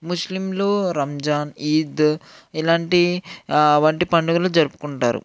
ముస్లింలు రంజాన్ ఈద్ ఇలాంటి వంటి పండగలు జరుపుకుంటారు